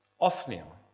Othniel